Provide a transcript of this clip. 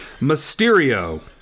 Mysterio